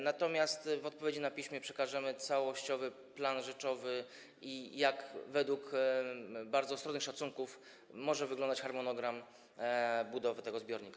Natomiast w odpowiedzi na piśmie przekażemy całościowy plan rzeczowy i jak według bardzo ostrożnych szacunków może wyglądać harmonogram budowy tego zbiornika.